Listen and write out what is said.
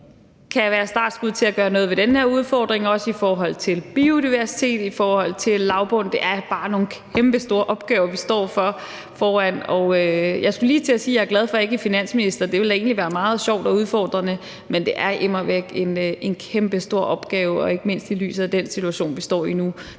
kan være startskuddet til at gøre noget ved både den her udfordring og i forhold til biodiversitet, i forhold til lavbund. Det er bare nogle kæmpestore opgaver, vi står foran. Jeg skulle lige til at sige, at jeg er glad for, at jeg ikke er finansminister. Det ville da egentlig være meget sjovt og udfordrende, men det er immer væk en kæmpestor opgave og ikke mindst i lyset af den situation, vi står i nu.